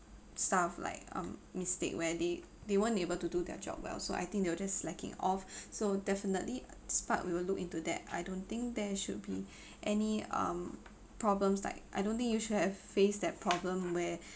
staff like um mistake where they they weren't able to do their job well so I think they will just slacking off so definitely this part we will look into that I don't think there should be any um problems like I don't think you should have faced that problem where